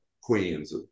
queens